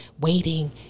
waiting